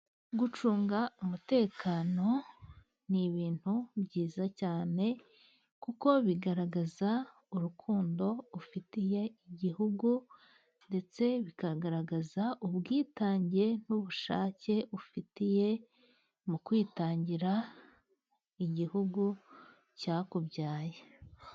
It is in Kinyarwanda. Gucunga umutekano ni ibintu byiza cyane，kuko bigaragaza urukundo ufitiye igihugu， ndetse bikagaragaza ubwitange n'ubushake ufitiye mu kwitangira igihugu cyakubyaye.